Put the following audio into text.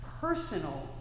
personal